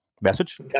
Message